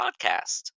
podcast